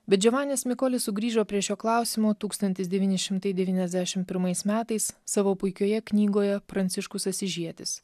bet džavanis mikolis sugrįžo prie šio klausimo tūkstantis devyni šimtai devyniasdešimt pirmais metais savo puikioje knygoje pranciškus asyžietis